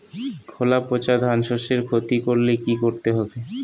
খোলা পচা ধানশস্যের ক্ষতি করলে কি করতে হবে?